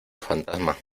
fantasma